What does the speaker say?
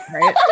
Right